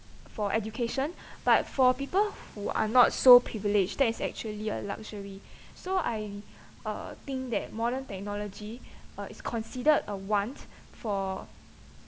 for education but for people who are not so privileged that is actually a luxury so I uh think that modern technology uh is considered a want for